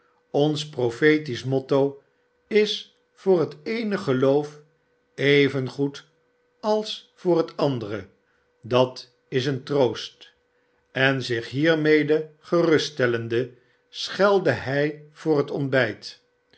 ons profetisch motto is voor het eene geloof evengoed als voor het andere dat is een troost en zich hiermede geruststellende schelde hij voor het ontbijt